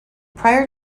prior